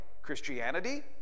Christianity